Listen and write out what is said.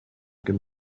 can